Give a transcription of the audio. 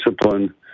discipline